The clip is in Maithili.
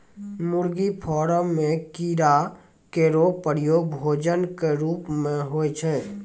मुर्गी फार्म म कीड़ा केरो प्रयोग भोजन क रूप म होय छै